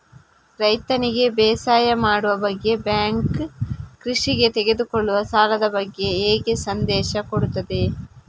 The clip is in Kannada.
ರೈತನಿಗೆ ಬೇಸಾಯ ಮಾಡುವ ಬಗ್ಗೆ ಬ್ಯಾಂಕ್ ಕೃಷಿಗೆ ತೆಗೆದುಕೊಳ್ಳುವ ಸಾಲದ ಬಗ್ಗೆ ಹೇಗೆ ಸಂದೇಶ ಕೊಡುತ್ತದೆ?